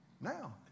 now